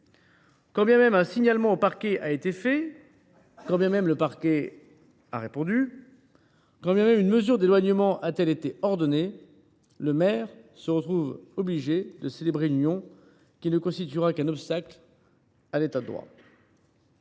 Quand bien même un signalement au parquet aurait été réalisé, quand bien même le parquet aurait répondu, quand bien même une mesure d’éloignement aurait été ordonnée, le maire se retrouve obligé de célébrer une union qui ne constituera qu’un obstacle à l’État de droit.